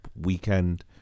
weekend